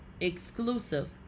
Exclusive